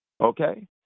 okay